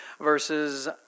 verses